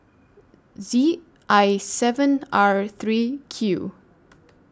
Z I seven R three Q